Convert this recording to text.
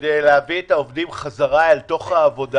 כדי להביא את העובדים חזרה אל תוך העבודה?